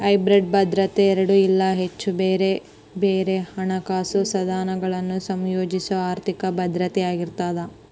hybrid ಭದ್ರತೆ ಎರಡ ಇಲ್ಲಾ ಹೆಚ್ಚ ಬ್ಯಾರೆ ಬ್ಯಾರೆ ಹಣಕಾಸ ಸಾಧನಗಳನ್ನ ಸಂಯೋಜಿಸೊ ಆರ್ಥಿಕ ಭದ್ರತೆಯಾಗಿರ್ತದ